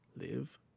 live